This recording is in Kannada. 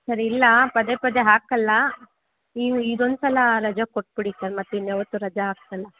ಸರ್ ಇಲ್ಲ ಪದೇ ಪದೇ ಹಾಕಲ್ಲ ನೀವು ಇದೊಂದ್ಸಲ ರಜೆ ಕೊಟ್ಬಿಡಿ ಸರ್ ಮತ್ತೆ ಇನ್ಯಾವತ್ತು ರಜೆ ಹಾಕ್ಸಲ್ಲ